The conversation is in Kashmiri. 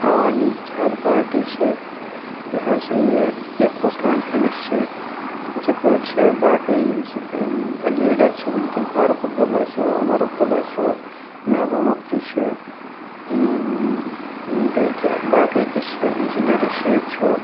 عَوامی اِتِحاد پاٹی چھِ یہِ ہَسا یہِ پیٖپلٕز کانفرنس چھِ یِتھے پٲٹھۍ چھِ باقٕے یِم زَن لیٖڈَر چھِ وٕنکٮ۪ن فاروق عبدُاللہ چھُ عُمَرعبدُاللہ چھُ محبوٗبا مُفتی چھِ بیٚیہِ کیاہ باقٕے تہِ چھِ اِنجیٖنَر رشیٖد چھُ